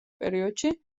პერიოდში